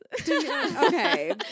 okay